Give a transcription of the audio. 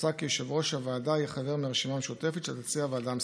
מוצע כי יושב-ראש הוועדה יהיה חבר מהרשימה המשותפת שתציע הוועדה המסדרת.